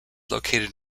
located